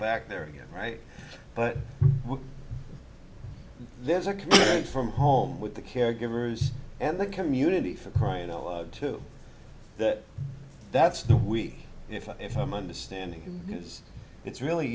back there again right but there's a commitment from home with the caregivers and the community for crying out loud to that that's the week if i if i'm understanding him is it's really